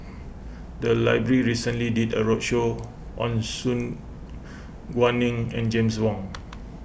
the library recently did a roadshow on Su Guaning and James Wong